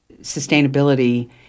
Sustainability